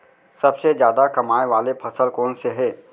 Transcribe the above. सबसे जादा कमाए वाले फसल कोन से हे?